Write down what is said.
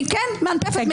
מאנפפת?